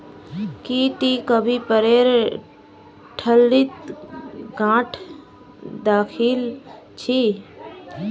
की टी कभी पेरेर ठल्लीत गांठ द खिल छि